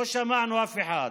לא שמענו אף אחד,